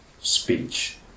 speech